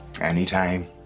anytime